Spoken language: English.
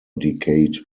decade